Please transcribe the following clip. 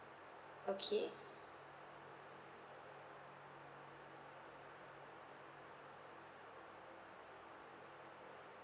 okay